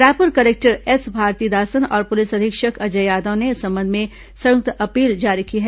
Raipur collector S Bharathidasan और police अधीक्षक अजय यादव ने इस संबंध में संयुक्त अपील जारी की है